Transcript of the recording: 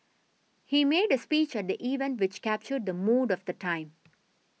he made a speech at the event which captured the mood of the time